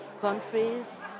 countries